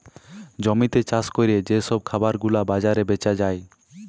জমিতে চাষ ক্যরে যে সব খাবার গুলা বাজারে বেচা যায়